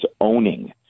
owning